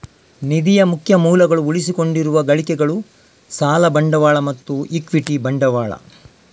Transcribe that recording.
ನಿಧಿಯ ಮುಖ್ಯ ಮೂಲಗಳು ಉಳಿಸಿಕೊಂಡಿರುವ ಗಳಿಕೆಗಳು, ಸಾಲ ಬಂಡವಾಳ ಮತ್ತು ಇಕ್ವಿಟಿ ಬಂಡವಾಳ